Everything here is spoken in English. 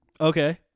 Okay